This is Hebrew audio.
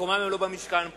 מקומה לא במשכן פה.